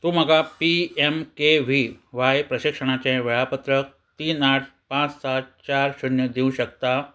तूं म्हाका P M K V Y प्रशिक्षणाचें वेळापत्र तीन आठ पांच सात चार शुन्य दिवंक शकता